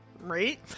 Right